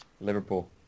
Liverpool